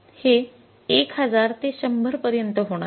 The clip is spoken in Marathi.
हे १००० ते १०० पर्यंत होणार आहे